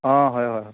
অঁ হয় হয়